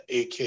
AK